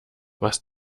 was